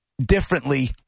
differently